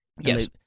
Yes